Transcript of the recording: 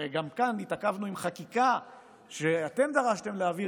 הרי גם כאן התעכבנו עם חקיקה שאתם דרשתם להעביר